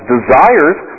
Desires